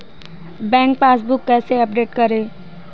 Bank passbook कैसे update करें?